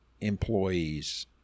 employees